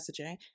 messaging